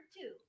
two